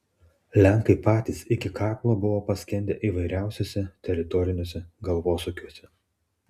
lenkai patys iki kaklo buvo paskendę įvairiausiuose teritoriniuose galvosūkiuose